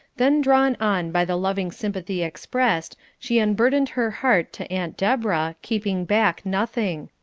then drawn on by the loving sympathy expressed, she unburdened her heart to aunt deborah, keeping back nothing.